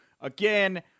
again